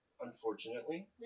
unfortunately